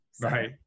right